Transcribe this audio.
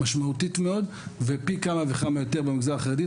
משמעותית מאוד ופי כמה וכמה יותר במגזר החרדית,